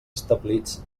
establits